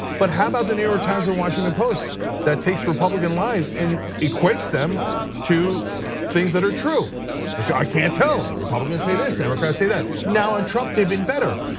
but how about the new york times and washington post that takes republican lies and equates them to things that are true? and so i can't tell a republicans say this, democrats say that, now and trump they've been better.